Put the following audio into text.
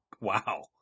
Wow